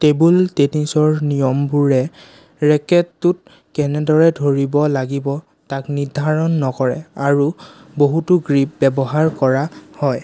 table টেনিছৰ নিয়মবোৰে ৰেকেটটোত কেনেদৰে ধৰিব লাগিব তাক নিৰ্ধাৰণ নকৰে আৰু বহুতো গ্ৰিপ ব্যৱহাৰ কৰা হয়